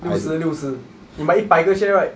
六十六十你买一百个 share right